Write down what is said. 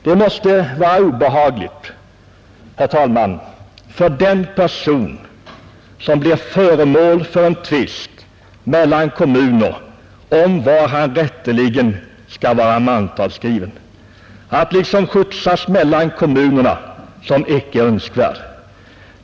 Det måste vara obehagligt, herr talman, för den person som blir föremål för en tvist mellan kommuner om var han rätteligen skall vara mantalsskriven att liksom skjutsas mellan kommunerna som icke önskvärd.